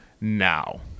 now